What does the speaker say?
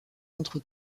contre